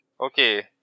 Okay